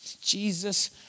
Jesus